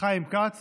חיים כץ